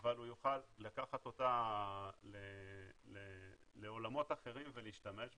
אבל הוא יוכל לקחת אותה לעולמות אחרים ולהשתמש בה,